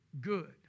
good